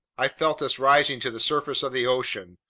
i felt us rising to the surface of the ocean.